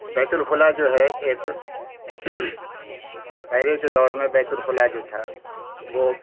بیت الخلا جو ہے ایک پہلے کے دور میں بیت الخلا جو تھا وہ